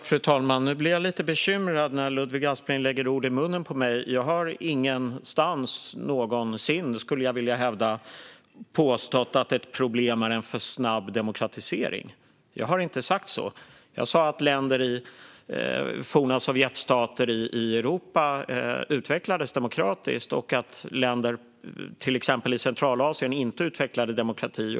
Fru talman! Jag blir lite bekymrad när Ludvig Aspling lägger ord i munnen på mig. Jag har aldrig någonsin påstått att en för snabb demokratisering är ett av problemen. Jag har inte sagt så. Jag sa att länder i forna Sovjetstater i Europa utvecklades demokratiskt och att länder i exempelvis Centralasien inte utvecklade demokrati.